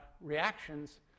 reactions